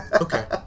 Okay